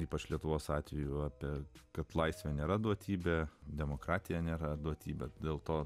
ypač lietuvos atveju apie tai kad laisvė nėra duotybė demokratija nėra duotybė dėl to